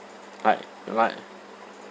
like like